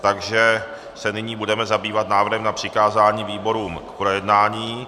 Takže se nyní budeme zabývat návrhem na přikázání výborům k projednání.